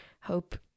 hope